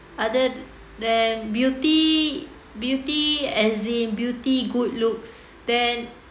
other than beauty beauty as in beauty good looks then